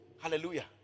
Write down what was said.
Hallelujah